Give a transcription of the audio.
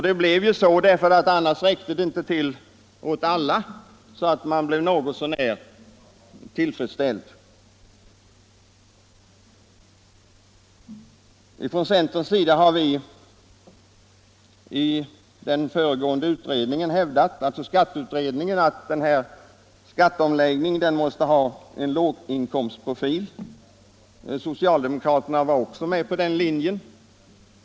Det blev så för att det annars inte räckt till åt alla. Alla skulle bli något så när tillfredsställda. Centern har i den föregående skatteutredningen hävdat att skatteomläggningen måste ha en låginkomstprofil. Socialdemokraterna var också med på den linjen.